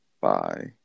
bye